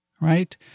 right